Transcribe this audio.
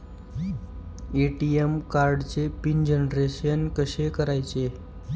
ATM कार्डचे PIN generation कसे करायचे?